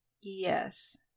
Yes